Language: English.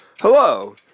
Hello